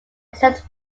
except